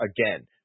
again